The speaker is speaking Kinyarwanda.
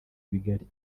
bigari